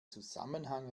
zusammenhang